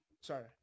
sorry